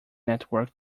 network